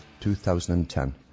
2010